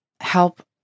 help